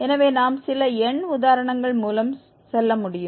எனவே நாம் சில எண் உதாரணங்கள் மூலம் செல்ல முடியும்